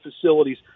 facilities